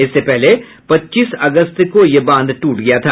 इससे पहले पच्चीस अगस्त को ये बांध टूटा था